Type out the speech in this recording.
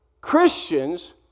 Christians